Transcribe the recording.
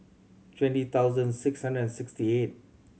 twenty thousand six hundred and sixty eight